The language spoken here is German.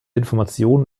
informationen